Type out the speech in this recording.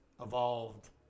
evolved